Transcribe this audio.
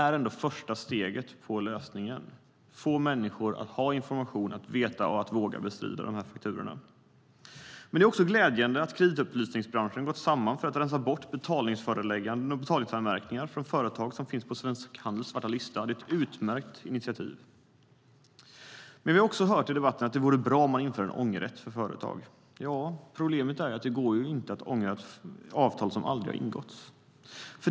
Det är ändå första steget på lösningen. Det handlar om att människor ska ha information och våga bestrida de här fakturorna. Det är glädjande att man i kreditupplysningsbranschen har gått samman för att rensa bort betalningsförelägganden och betalningsanmärkningar från företag som finns på Svensk Handels svarta lista. Det är ett utmärkt initiativ. Men vi har också hört i debatten att det skulle vara bra om man inför en ångerrätt för företag. Problemet är att det inte går att ångra ett avtal som aldrig har ingåtts.